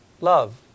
Love